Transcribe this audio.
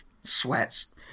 sweats